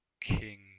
King